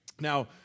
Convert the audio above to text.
Now